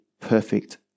perfect